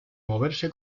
moverse